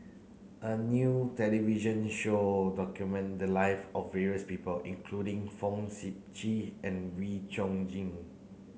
a new television show document the live of various people including Fong Sip Chee and Wee Chong Jin